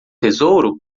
tesouro